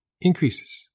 increases